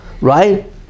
right